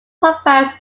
provides